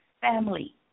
family